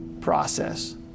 process